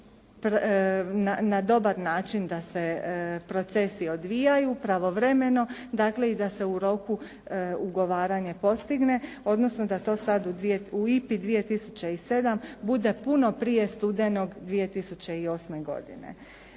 na dobar način da se procesi odvijaju, pravovremeno dakle i da se u roku ugovaranje postigne odnosno da to sad u IPA-i 2007. bude puno prije studenog 2008. godine.